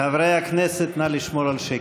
חברי הכנסת, נא לשמור על שקט.